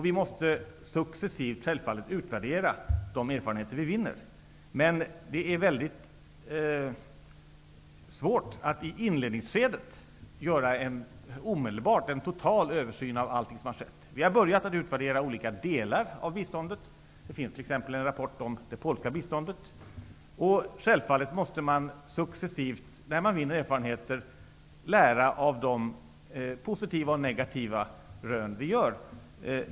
Vi måste successivt utvärdera de erfarenheter vi vinner. Men det är mycket svårt att i inledningsskedet omedelbart göra en total översyn av allt som har skett. Vi har börjat att utvärdera olika delar av biståndet. Det finns t.ex. en rapport om det polska biståndet. Vi måste självfallet successivt, när vi vinner erfarenheter, lära av de positiva och negativa rön vi gör.